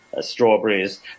strawberries